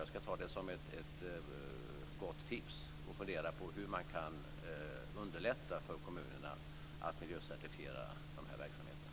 Jag ska ta det som ett gott tips och fundera på hur man kan underlätta för kommunerna att miljöcertifiera de här verksamheterna.